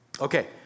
Okay